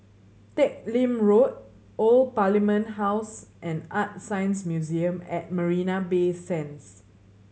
Teck Lim Road Old Parliament House and ArtScience Museum at Marina Bay Sands